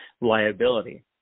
liability